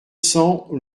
cents